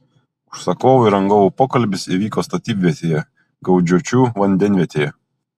užsakovų ir rangovų pokalbis įvyko statybvietėje gaudžiočių vandenvietėje